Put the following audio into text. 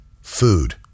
food